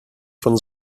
von